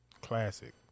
classic